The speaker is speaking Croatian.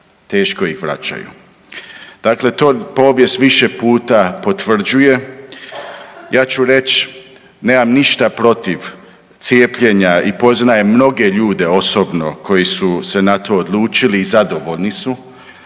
teško ih vraćaju. Dakle, to povijest više puta potvrđuje. Ja ću reć nemam ništa protiv cijepljenja i poznajem mnoge ljude osobno koji su se na to odlučili i zadovoljni su.